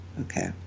Okay